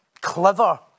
clever